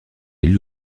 élus